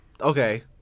Okay